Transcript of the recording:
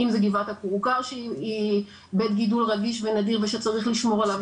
אם זה גבעת הכורכר שהיא בית גידול רגיש ונדיר ושצריך לשמור עליו,